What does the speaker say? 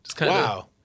Wow